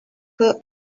her